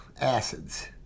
acids